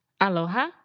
Aloha